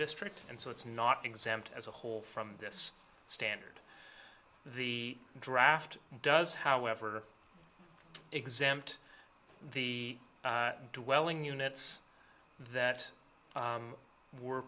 district and so it's not exempt as a whole from this standard the draft does however exempt the dwelling units that were